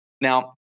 Now